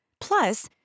plus